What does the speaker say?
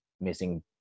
missing